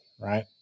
right